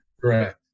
Correct